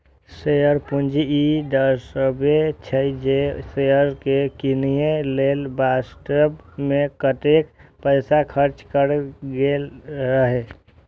share पूंजी ई दर्शाबै छै, जे शेयर कें कीनय लेल वास्तव मे कतेक पैसा खर्च कैल गेल रहै